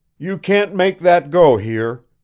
you can't make that go here,